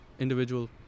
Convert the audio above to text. individual